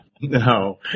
No